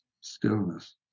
stillness